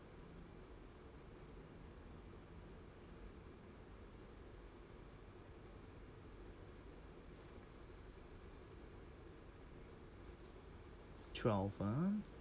twelve ah